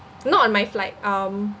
not on my flight um